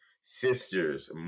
sisters